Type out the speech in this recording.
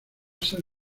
san